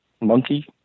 monkey